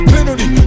Penalty